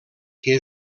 que